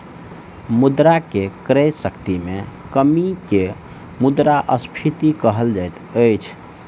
मुद्रा के क्रय शक्ति में कमी के मुद्रास्फीति कहल जाइत अछि